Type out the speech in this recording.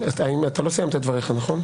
אתה לא סיימת את דבריך, נכון?